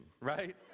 right